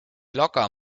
locker